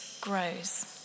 grows